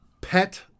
pet